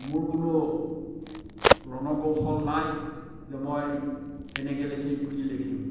মোৰ কোনো ৰণকৌশল নাই যে মই কেনেকে লিখিম কি লিখিম